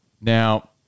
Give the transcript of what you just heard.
Now